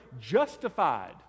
justified